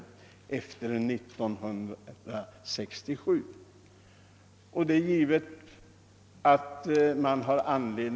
Självfallet gläder jag mig åt det.